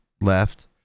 left